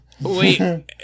Wait